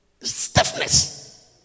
stiffness